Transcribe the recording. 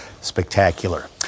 spectacular